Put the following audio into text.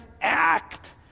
act